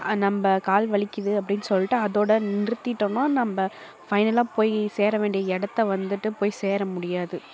நம்ம கால் வலிக்குது அப்டின்னு சொல்லிட்டு அதோடு நிறுத்திவிட்டோம்னா நம்ம ஃபைனலாக போய் சேர வேண்டிய இடத்த வந்துட்டு போய் சேர முடியாது